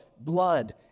blood